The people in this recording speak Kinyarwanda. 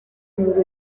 muri